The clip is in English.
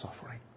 suffering